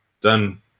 done